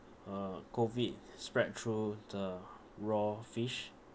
uh COVID spread through the raw fish